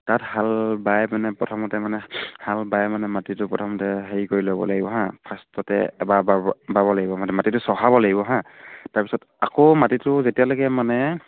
তাত হাল বাই মানে প্ৰথমতে মানে হাল বাই মানে মাটিটো প্ৰথমতে হেৰি কৰি ল'ব লাগিব হা ফাৰ্ষ্টতে এবাৰ বাব বাব লাগিব মানে মাটিটো চহাব লাগিব হাঁ তাৰপিছত আকৌ মাটিটো যেতিয়ালৈকে মানে